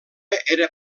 era